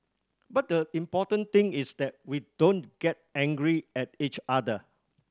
but the important thing is that we don't get angry at each other